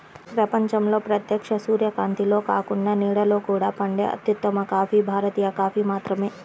ప్రపంచంలో ప్రత్యక్ష సూర్యకాంతిలో కాకుండా నీడలో కూడా పండే అత్యుత్తమ కాఫీ భారతీయ కాఫీ మాత్రమే